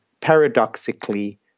paradoxically